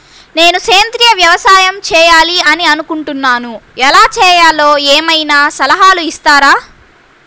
నేను సేంద్రియ వ్యవసాయం చేయాలి అని అనుకుంటున్నాను, ఎలా చేయాలో ఏమయినా సలహాలు ఇస్తారా?